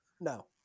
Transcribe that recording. No